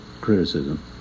criticism